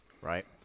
right